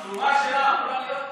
התרומה שלה יכולה להיות,